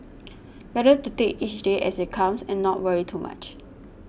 better to take each day as it comes and not worry too much